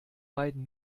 beiden